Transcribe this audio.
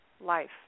life